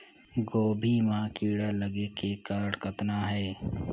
गोभी म कीड़ा लगे के कारण कतना हे?